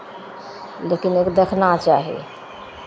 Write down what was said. लेकिन एक देखना चाही